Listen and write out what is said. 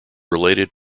related